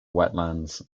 wetlands